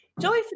Joey